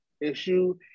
issue